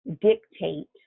dictate